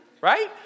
right